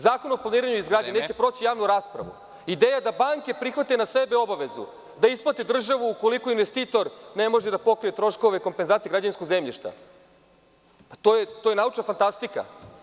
Zakon o planiranju i izgradnji neće proći javnu raspravu. (Predsednik: Vreme.) Ideja da banke prihvate na sebe obavezu da isplate državu ukoliko investitor ne može da pokrije troškove za izdatke građevinskog zemljišta je naučna fantastika.